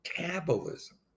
metabolism